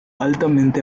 altamente